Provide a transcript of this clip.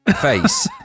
face